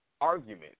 argument